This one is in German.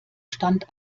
stand